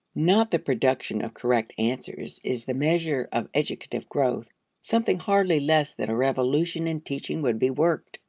not the production of correct answers, is the measure of educative growth something hardly less than a revolution in teaching would be worked.